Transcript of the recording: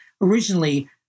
originally